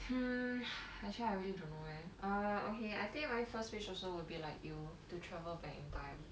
hmm actually I really don't know eh err okay I think my first wish also will be like you to travel back in time